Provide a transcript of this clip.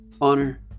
honor